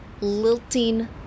lilting